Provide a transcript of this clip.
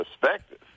perspective